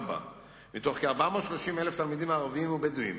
4. מתוך כ-430,000 תלמידים ערבים ובדואים,